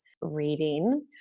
reading